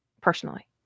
personally